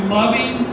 loving